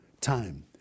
time